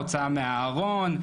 הוצאה מהארון,